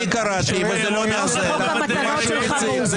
אני קראתי וזה לא --- חוק המתנות שלך מאוזן?